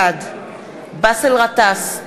בעד באסל גטאס,